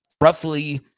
Roughly